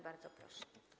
Bardzo proszę.